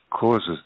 causes